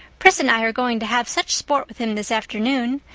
pris and i are going to have such sport with him this afternoon.